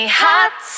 hot